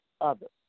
others